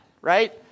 right